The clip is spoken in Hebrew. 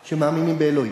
של המאמינים באלוהים?